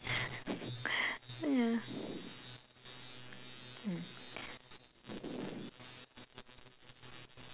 yeah